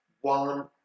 one